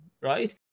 right